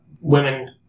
Women